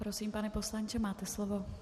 Prosím, pane poslanče, máte slovo.